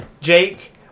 Jake